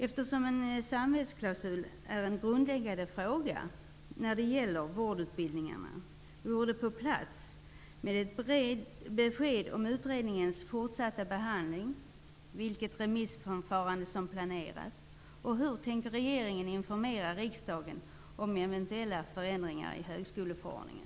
Eftersom en samvetsklausul är en grundläggande fråga när det gäller vårdutbildningarna vore det på sin plats med ett besked om utredningens fortsatta behandling, vilket remissförfarande som planeras och hur regeringen tänker informera riksdagen om eventuella förändringar i högskoleförordningen.